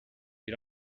you